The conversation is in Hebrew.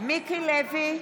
מיקי לוי,